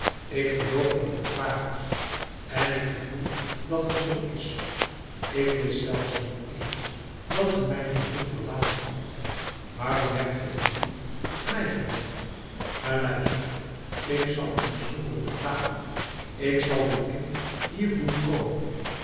ik geloof dat het waar is en ik gevoel dat het zoo is ik wist zelfs niet eens dat ge mijn fabriek verlaten hadt waarom hebt ge u niet tot mij gewend maar luister ik zal uw schulden betalen ik zal uw kind hier doen komen